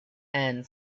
and